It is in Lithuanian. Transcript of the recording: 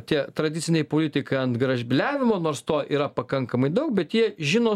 tie tradiciniai politikai ant gražbyliavimo nors to yra pakankamai daug bet jie žino